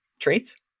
traits